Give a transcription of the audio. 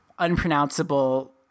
Unpronounceable